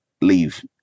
leave